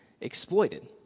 exploited